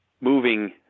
moving